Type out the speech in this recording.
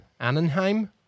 Annenheim